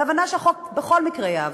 בהבנה שהחוק בכל מקרה יעבור.